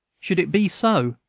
should it be so,